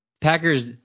Packers